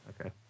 Okay